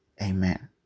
amen